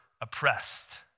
oppressed